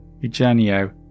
Eugenio